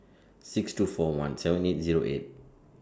six two four one seven eight Zero eight